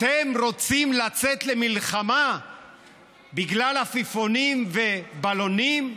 אתם רוצים לצאת למלחמה בגלל עפיפונים ובלונים?